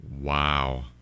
Wow